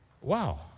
Wow